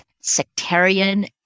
sectarian